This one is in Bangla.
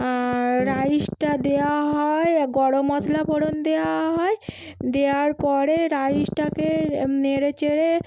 আর রাইসটা দেওয়া হয় গরম মশলা ফোড়ন দেওয়া হয় দেওয়ার পরে রাইসটাকে নেড়ে চেড়ে